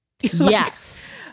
Yes